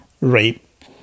rape